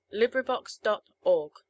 LibriVox.org